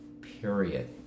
period